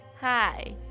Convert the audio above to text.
Hi